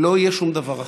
לא יהיה שום דבר אחר: